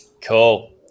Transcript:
Cool